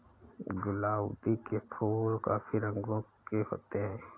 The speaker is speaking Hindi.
गुलाउदी के फूल काफी रंगों के होते हैं